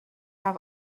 i’ve